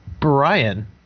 Brian